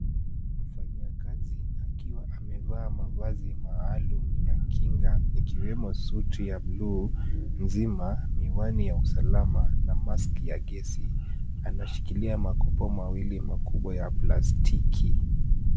Mfanyikazi akiwa amevaa mavazi maalum ya kinga ikiwemo suti ya buluu nzima, miwani ya usalama na mask ya gesi ,anashikilia makopa mawili makubwa ya plastiki.